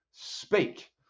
speak